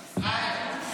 כן.